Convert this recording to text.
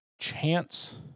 chance